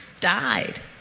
died